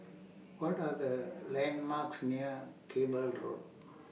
What Are The landmarks near Cable Road